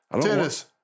Tennis